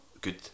good